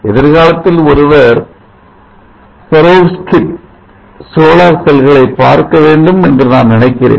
எதிர்காலத்தில் ஒருவர் perovskite solar செல்களை பார்க்க வேண்டும் என்று நான் நினைக்கிறேன்